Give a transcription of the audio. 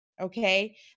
okay